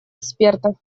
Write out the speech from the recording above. экспертов